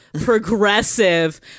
progressive